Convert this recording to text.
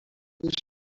بیشتر